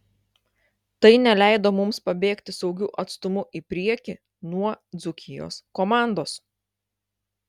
tai neleido mums pabėgti saugiu atstumu į priekį nuo dzūkijos komandos